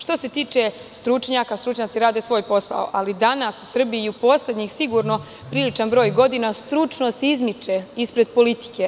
Što se tiče stručnjaka, stručnjaci rade svoj posao, ali danas u Srbiji i u poslednjih sigurno, priličan broj godina stručnost izmiče ispred politike.